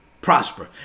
prosper